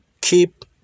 keep